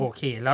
Okay